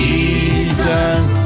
Jesus